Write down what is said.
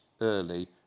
early